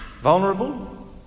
vulnerable